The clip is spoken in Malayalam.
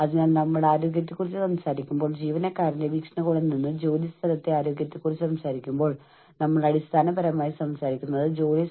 അതിനാൽ നിങ്ങൾക്കറിയാമോ നമ്മൾ മാനസിക ക്ഷേമത്തെ കുറിച്ച് സംസാരിക്കുമ്പോൾ നമ്മൾ അർത്ഥമാക്കുന്നത് ഇതാണ്